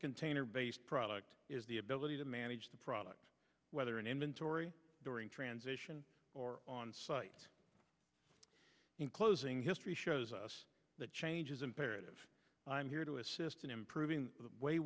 container based product is the ability to manage the product whether in inventory during transition or on site in closing history shows us that change is imperative i'm here to assist in improving